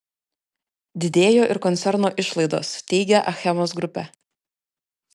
didėjo ir koncerno išlaidos teigia achemos grupė